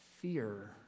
fear